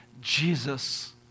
Jesus